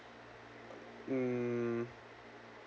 hmm